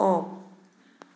off